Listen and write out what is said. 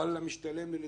וואלה, משתלם לי לדווח.